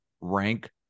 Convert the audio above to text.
rank